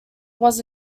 was